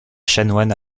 chanoine